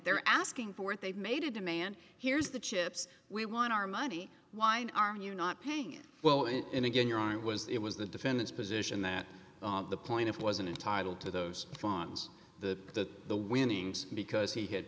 they're asking for it they made a demand here's the chips we want our money wine are you not paying it well in again your i was it was the defendant's position that the plaintiff wasn't entitled to those funds the that the winnings because he had